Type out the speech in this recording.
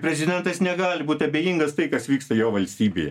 prezidentas negali būt abejingas tai kas vyksta jo valstybėje